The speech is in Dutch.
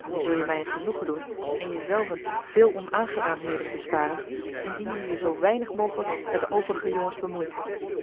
nu zul je mij een genoegen doen en je zelven veel onaangenaamheden besparen indien je je zoo weinig mogelijk met de overige jongens bemoeit